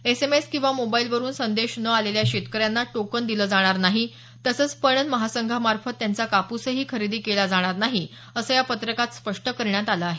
SMS किंवा मोबाईलवरून संदेश न आलेल्या शेतकऱ्यांना टोकन दिलं जाणार नाही तसंच पणन महासंघामार्फत त्यांचा कापूसही खरेदी केला जाणार नाही असं या पत्रकात स्पष्ट करण्यात आलं आहे